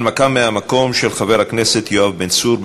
הנמקה מהמקום של חבר הכנסת יואב בן צור,